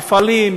מפעלים,